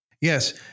Yes